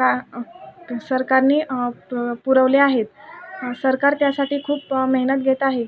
का सरकारने पुरवल्या आहेत सरकार त्यासाठी खूप मेहनत घेत आहे